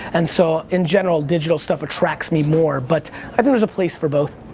and so in general, digital stuff attracts me more. but i think there's a place for both.